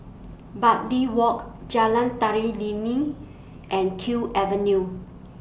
Bartley Walk Jalan Tari Lilin and Kew Avenue